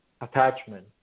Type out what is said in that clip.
attachment